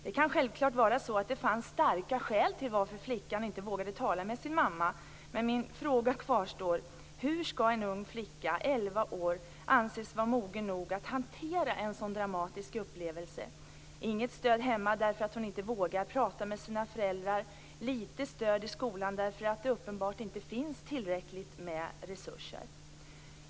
Det kan självklart vara så att det fanns starka skäl till att flickan inte vågade tala med sin mamma, men min fråga kvarstår: Hur skall en ung flicka, på elva år, anses vara mogen nog att hantera en så dramatisk upplevelse? Hon har inget stöd hemma därför att hon inte vågar prata med sina föräldrar, och hon har lite stöd i skolan därför att där finns uppenbart inte tillräckligt med resurser.